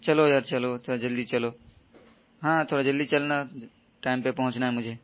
چلو یار چلو تھوڑا جلدی چلو ہاں تھوڑا جلدی چلنا ٹائم پہ پہنچنا ہے مجھے